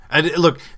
Look